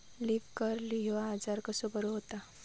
Leaf curl ह्यो आजार कसो बरो व्हता?